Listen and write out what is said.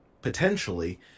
potentially